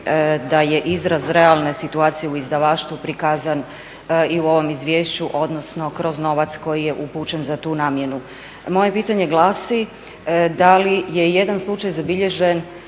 da je izraz realne situacije u izdavaštvu prikazan i u ovom izvješću odnosno kroz novac koji je upućen za tu namjenu. Moje pitanje glasi, da li je jedan slučaj zabilježen